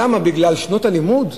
למה, בגלל שנות הלימוד?